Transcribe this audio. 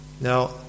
Now